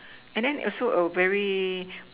and then also a very